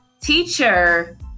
teacher